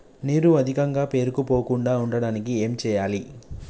నీరు అధికంగా పేరుకుపోకుండా ఉండటానికి ఏం చేయాలి?